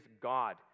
God